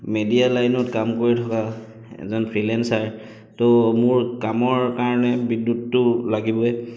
media লাইনত কাম কৰি থকা এজন ফ্ৰীলেঞ্চাৰ ত' মোৰ কামৰ কাৰণে বিদ্যুতটো লাগিবই